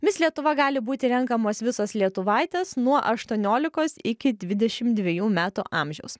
mis lietuva gali būti renkamos visos lietuvaitės nuo aštuoniolikos iki dvidešimt dviejų metų amžiaus